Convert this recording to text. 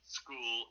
school